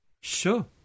sure